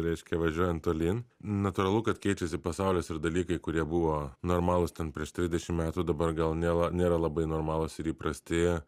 reiškia važiuojant tolyn natūralu kad keičiasi pasaulis ir dalykai kurie buvo normalūs ten prieš trisdešim metų dabar gal nėla nėra labai normalūs ir įprasti